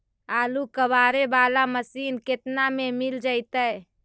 आलू कबाड़े बाला मशीन केतना में मिल जइतै?